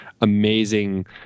amazing